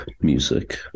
music